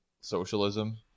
socialism